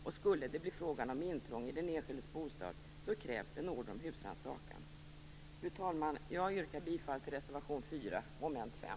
Och skulle det bli frågan om intrång i den enskildes bostad krävs en order om husrannsakan. Fru talman! Jag yrkar bifall till reservation 4 under moment 5.